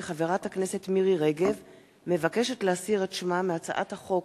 כי חבר הכנסת דניאל בן-סימון מבקש להסיר את שמו מהצעת חוק